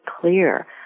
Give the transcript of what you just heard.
clear